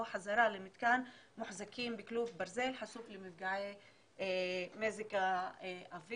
חזרה לתא מוחזקים בכלוב ברזל חשוף למפגעי מזג האוויר.